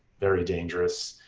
very dangerous.